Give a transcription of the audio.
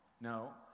no